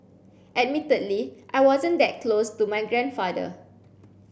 admittedly I wasn't that close to my grandfather